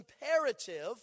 imperative